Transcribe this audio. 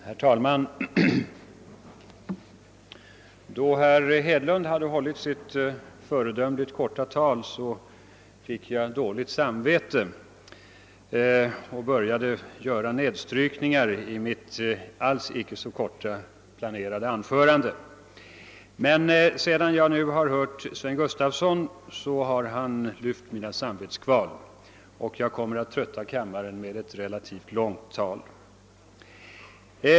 Herr talman! Då herr Hedlund hade hållit sitt föredömligt korta tal fick jag dåligt samvete och började göra nedstrykningar i mitt planerade, alls icke så korta anförande. Men herr Sven Gustafson har befriat mig från kvalen, och jag kommer därför att trötta kammaren med ett relativt långt anförande.